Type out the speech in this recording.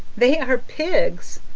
they are pigs!